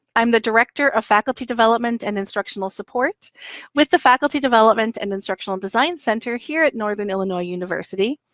i'm the director of faculty development and instructional support with the faculty development and instructional design center here at northern illinois university.